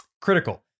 critical